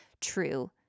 true